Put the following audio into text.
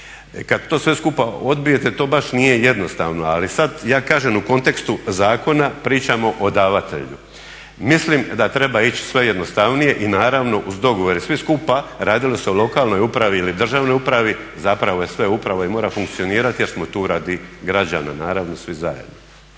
Kad to sve skupa odbijete to baš nije jednostavno, ali sad ja kažem u kontekstu zakona pričamo o davatelju. Mislim da treba ići sve jednostavnije i naravno uz dogovore. Sve skupa radilo se o lokalnoj upravi ili državnoj upravi zapravo je sve uprava i mora funkcionirati jer smo tu radi građana naravno svi zajedno.